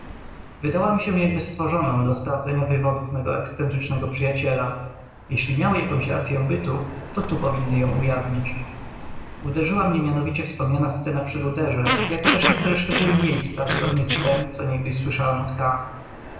mi się jakby stworzoną do sprawdzenia wywodów mego ekscentrycznego przyjaciela jeżeli miały jaką racyę bytu to tu powinny ją ujawnić uderzyła mnie mianowicie wspomniana scena przy ruderze jako też niektóre szczegóły miejsca zgodne z tem co niegdyś słyszałem od